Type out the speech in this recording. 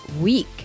week